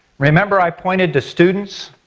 remember i pointed to students?